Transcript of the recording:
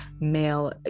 male